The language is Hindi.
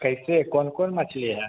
कैसे कौन कौन मछली है